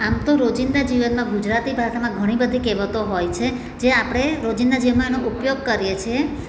આમ તો રોજિંદા જીવનમાં ગુજરાતી ભાષામાં ઘણી બધી કહેવતો હોય છે જે આપણે રોજિંદા જીવનમાં એનો ઉપયોગ કરીએ છીએ